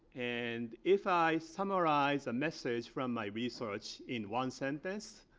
and if i summarize a message from my research in one sentence,